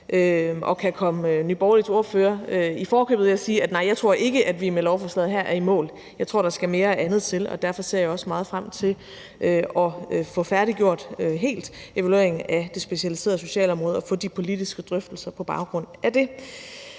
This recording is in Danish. jeg kan komme Nye Borgerliges ordfører i forkøbet ved at sige: Nej, jeg tror ikke, at vi med lovforslaget her er i mål. Jeg tror, der skal mere og andet til, og derfor ser jeg også meget frem til at få færdiggjort evalueringen af det specialiserede socialområde helt og til at få de politiske drøftelser på baggrund af det.